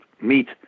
meet